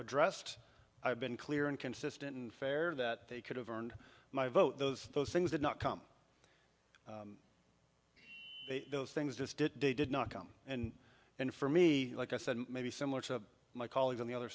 addressed i've been clear and consistent and fair that they could have earned my vote those those things did not come those things just didn't they did not come and and for me like i said maybe similar to my colleagues on the other